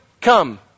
come